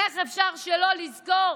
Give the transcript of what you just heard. איך אפשר שלא לזכור